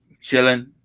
chilling